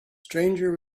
stranger